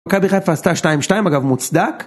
מכבי חיפה עשתה שתיים שתיים אגב מוצדק